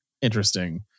interesting